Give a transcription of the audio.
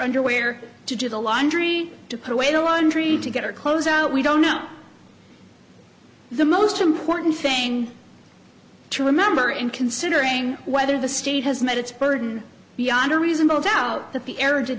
underwear to do the laundry to persuade a laundry to get her clothes out we don't know the most important thing to remember in considering whether the state has met its burden beyond a reasonable doubt that the